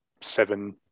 seven